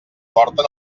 porten